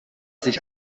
sich